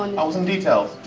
and some details.